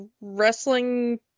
wrestling